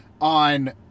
on